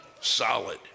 solid